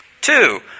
Two